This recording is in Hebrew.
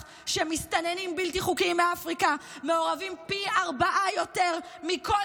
שמסתננים בלתי חוקיים אפריקה מעורבים פי ארבעה יותר מכל